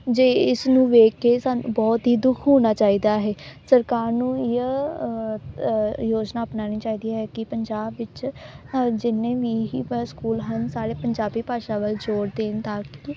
ਜੇ ਇਸ ਨੂੰ ਵੇਖ ਕੇ ਸਾਨੂੰ ਬਹੁਤ ਹੀ ਦੁੱਖ ਹੋਣਾ ਚਾਹੀਦਾ ਹੈ ਸਰਕਾਰ ਨੂੰ ਯੋਜਨਾ ਅਪਣਾਉਣੀ ਚਾਹੀਦੀ ਹੈ ਕਿ ਪੰਜਾਬ ਵਿੱਚ ਜਿੰਨੇ ਵੀ ਹੀ ਸਕੂਲ ਹਨ ਸਾਰੇ ਪੰਜਾਬੀ ਭਾਸ਼ਾ ਵੱਲ ਜੋਰ ਦੇਣ ਤਾਂ ਕਿ